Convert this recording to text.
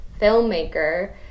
filmmaker